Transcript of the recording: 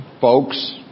folks